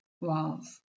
walls